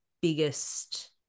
biggest